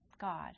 God